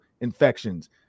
infections